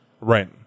Right